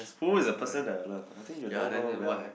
who is a person that I love I think you know her well